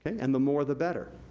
and the more, the better.